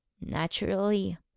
Naturally